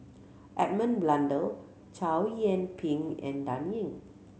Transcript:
Edmund Blundell Chow Yian Ping and Dan Ying